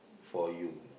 for you